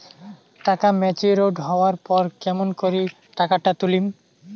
টাকা ম্যাচিওরড হবার পর কেমন করি টাকাটা তুলিম?